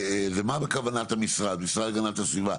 ומה בכוונת המשרד להגנת הסביבה,